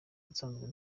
nsanzwe